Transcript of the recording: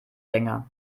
länger